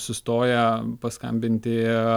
sustoję paskambinti